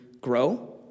grow